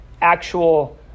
actual